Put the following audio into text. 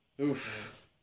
Oof